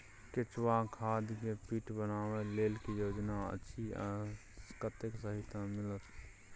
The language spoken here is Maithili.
केचुआ खाद के पीट बनाबै लेल की योजना अछि आ कतेक सहायता मिलत?